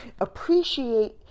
Appreciate